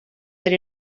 that